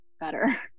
better